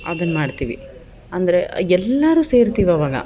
ಅದನ್ನು ಮಾಡ್ತೀವಿ ಅಂದರೆ ಎಲ್ಲರು ಸೇರ್ತಿವಿ ಆವಾಗ